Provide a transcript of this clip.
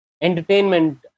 entertainment